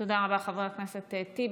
תודה רבה, חבר הכנסת טיבי.